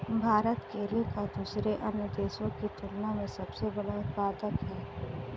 भारत केले का दूसरे अन्य देशों की तुलना में सबसे बड़ा उत्पादक है